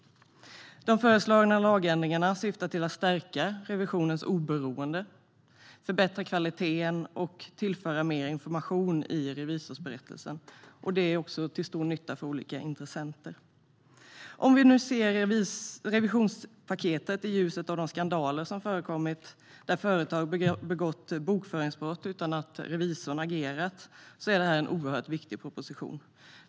De föreslagna lagändringarna syftar till att stärka revisionens oberoende, förbättra kvaliteten och tillföra mer information i revisionsberättelsen. Det är också till stor nytta för olika intressenter. Revisionspaketet är i ljuset av de skandaler som förekommit, där företag begått bokföringsbrott utan att revisorn agerat, en oerhört viktig proposition.